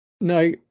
No